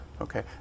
Okay